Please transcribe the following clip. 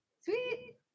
Sweet